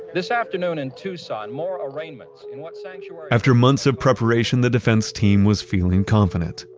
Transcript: this afternoon in tucson, more arraignments in what sanctuary, after months of preparation, the defense team was feeling confident.